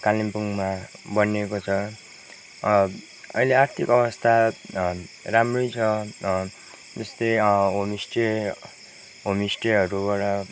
कालिम्पोङमा बनिएको छ अहिले आर्थिक अवस्था राम्रै छ जस्तै होमस्टे होमस्टेहरूबाट